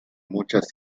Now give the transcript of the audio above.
muchas